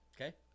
Okay